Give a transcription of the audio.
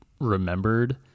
remembered